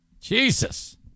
Jesus